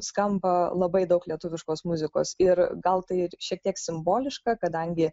skamba labai daug lietuviškos muzikos ir gal tai ir šiek tiek simboliška kadangi